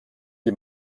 die